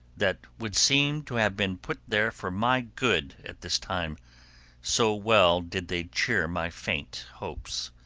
that would seem to have been put there for my good at this time so well did they cheer my faint hopes,